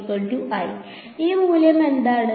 ഈ മൂല്യം എന്താണ്